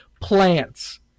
plants